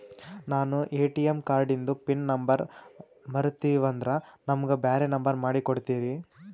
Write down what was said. ನಾನು ಎ.ಟಿ.ಎಂ ಕಾರ್ಡಿಂದು pin number ಮರತೀವಂದ್ರ ನಮಗ ಬ್ಯಾರೆ ನಂಬರ್ ಮಾಡಿ ಕೊಡ್ತೀರಿ?